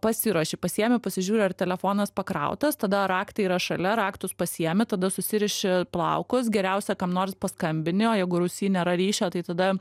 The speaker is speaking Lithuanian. pasiruoši pasiėmi pasižiūri ar telefonas pakrautas tada raktai yra šalia raktus pasiėmi tada susiriši plaukus geriausia kam nors paskambini o jeigu rūsy nėra ryšio tai tada